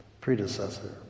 predecessor